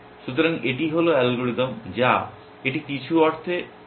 সুতরাং এটি হল অ্যালগরিদম যা এটি কিছু অর্থে একটি উচ্চ স্তরের অ্যালগরিদম